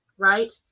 right